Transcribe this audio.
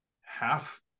half